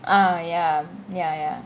ah ya ya ya